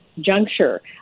juncture